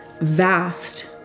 vast